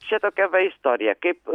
čia tokia istorija kaip